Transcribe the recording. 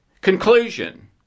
conclusion